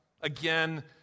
again